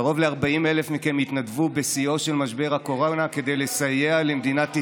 קרוב ל-40,000 מכם התנדבו בשיאו של משבר קורונה כדי לסייע למדינת ישראל,